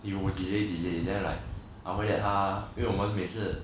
he will delay delay then like after that 他因为我们每次